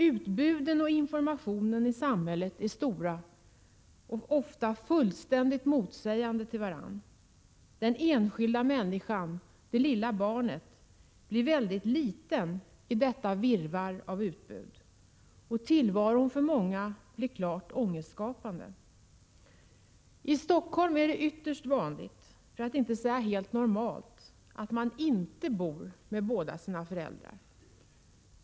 Utbuden i samhället är stora och informationen ofta fullständigt motsägande. Den enskilda människan — det lilla barnet — blir väldigt liten i detta virrvarr av utbud. Tillvaron är för många klart ångestskapande. I Stockholm är det ytterst vanligt — för att inte säga helt normalt — att man inte bor med båda sina föräldrar.